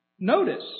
Notice